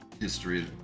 history